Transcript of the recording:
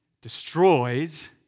destroys